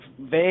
vague